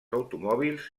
automòbils